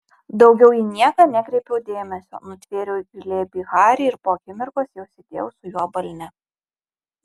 daugiau į nieką nekreipiau dėmesio nutvėriau į glėbį harį ir po akimirkos jau sėdėjau su juo balne